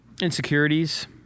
insecurities